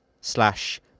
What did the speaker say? slash